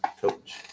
coach